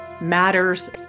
matters